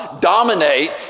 dominate